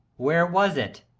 where was it?